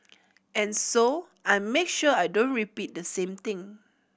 and so I make sure I don't repeat the same thing